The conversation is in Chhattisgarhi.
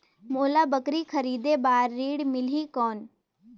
मोला बकरी खरीदे बार ऋण मिलही कौन?